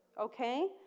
Okay